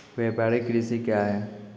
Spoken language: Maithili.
व्यापारिक कृषि क्या हैं?